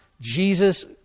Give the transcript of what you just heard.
Jesus